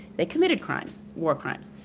they committed crimes, war crimes.